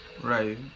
Right